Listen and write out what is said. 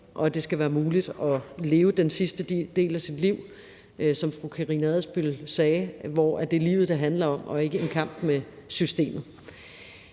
sagde, skal være muligt at leve den sidste del af sit liv på sådan en måde, at det er livet, det handler om, og ikke en kamp med systemet.